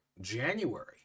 January